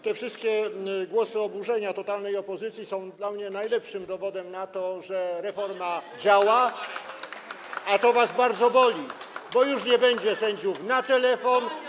Te wszystkie głosy oburzenia totalnej opozycji są dla mnie najlepszym dowodem na to, że reforma działa, a to was bardzo boli, bo już nie będzie sędziów na telefon.